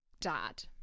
Dad